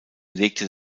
legte